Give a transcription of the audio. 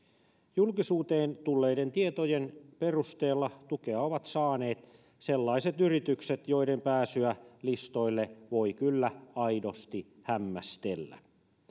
julkisuuteen tulleiden tietojen perusteella tukea ovat saaneet sellaiset yritykset joiden pääsyä listoille voi kyllä aidosti hämmästellä